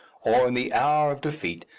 or in the hour of defeat,